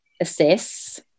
Assess